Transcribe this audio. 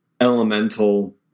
elemental